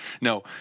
No